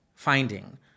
finding